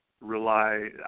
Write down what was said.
rely